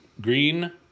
green